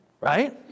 Right